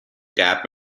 cap